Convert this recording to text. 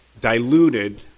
diluted